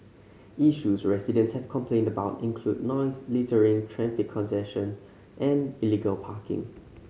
issues residents have complained about include noise littering traffic congestion and illegal parking